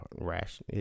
rash